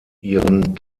ihren